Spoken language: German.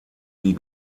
die